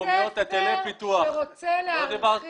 בית ספר שרוצה להרחיב